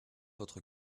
votre